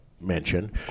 mention